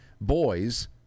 boys